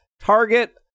target